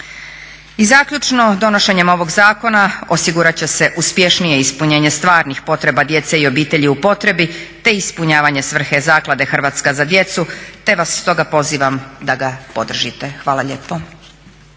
I zaključno, donošenjem ovog zakona osigurat će se uspješnije ispunjenje stvarnih potreba djece i obitelji u potrebi, te ispunjavanje svrhe Zaklade "Hrvatska za djecu", te va stoga pozivam da ga podržite. Hvala lijepo.